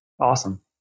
Awesome